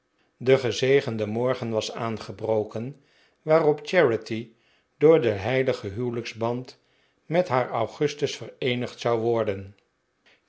de gezegende morgen was aangebroken waarop charity door den heiligen huwelijksband met haar augustus vereenigd zou worden